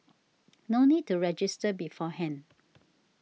no need to register beforehand